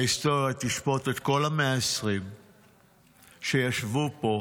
ההיסטוריה תשפוט את כל ה-120 שישבו פה,